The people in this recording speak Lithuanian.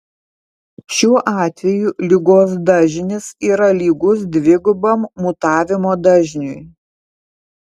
šiuo atveju ligos dažnis yra lygus dvigubam mutavimo dažniui